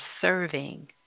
serving